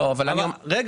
מי